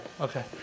Okay